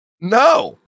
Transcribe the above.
no